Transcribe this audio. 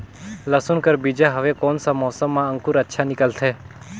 लसुन कर बीजा हवे कोन सा मौसम मां अंकुर अच्छा निकलथे?